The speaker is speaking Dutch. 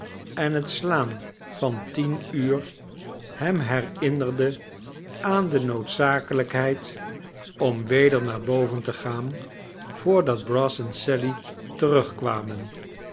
en hetslaan van tien uur hem herinnerde aan de noodzakelljkheid om weder naar boven te gaan voordat brass en sally terugkwamen